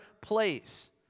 place